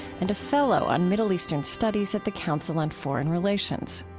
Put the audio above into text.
and a fellow on middle eastern studies at the council on foreign relations.